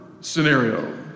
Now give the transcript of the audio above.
scenario